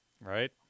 Right